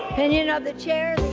opinion of the chair